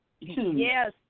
Yes